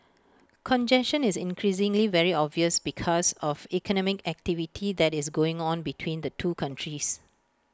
congestion is increasingly very obvious because of economic activity that is going on between the two countries